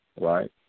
Right